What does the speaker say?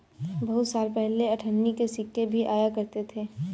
बहुत साल पहले अठन्नी के सिक्के भी आया करते थे